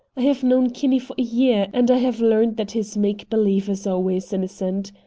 i have known kinney for a year, and i have learned that his make-believe is always innocent.